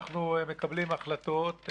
אנחנו מקבלים החלטות,